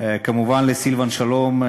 כמובן לסילבן שלום,